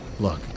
Look